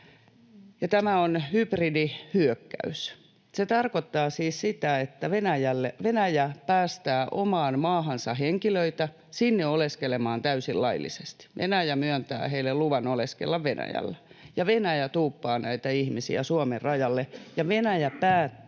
Tämä on hybridihyökkäys. Se tarkoittaa siis sitä, että Venäjä päästää omaan maahansa henkilöitä sinne oleskelemaan täysin laillisesti. Venäjä myöntää heille luvan oleskella Venäjällä, ja Venäjä tuuppaa näitä ihmisiä Suomen rajalle, ja Venäjä päättää,